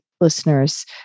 listeners